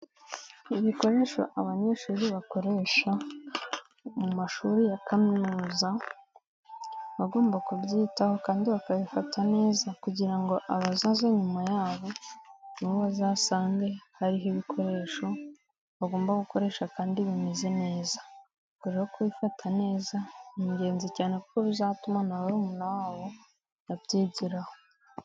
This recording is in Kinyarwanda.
Ibikoresho abanyeshuri bakoresha mu mashuri ya kaminuza bagomba kubyitaho kandi bakabifata neza kugira ngo abazazo nyuma yabo, nabo bazasange hariho ibikoresho bagomba gukoresha kandi bimeze neza. ubwo rero kubifata neza ni ingenzi cyane kuko bizatuma nabarumuna babo babyigiyemo.